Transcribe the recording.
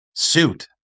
suit